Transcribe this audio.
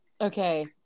okay